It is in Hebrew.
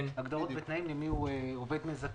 הגדרות ותנאים מיהו עובד מזכה.